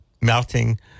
melting